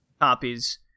copies